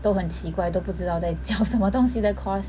都很奇怪都不知道在讲什么东西的 course